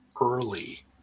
early